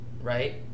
right